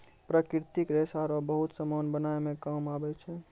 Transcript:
प्राकृतिक रेशा रो बहुत समान बनाय मे काम आबै छै